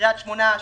בקריית שמונה 84%,